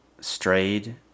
strayed